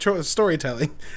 storytelling